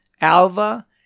Alva